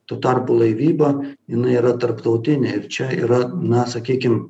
tuo tarpu laivyba jinai yra tarptautinė ir čia yra na sakykim